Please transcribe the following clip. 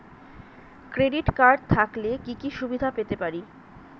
Credit card থাকলে কি কি সুবিধা পেতে পারি?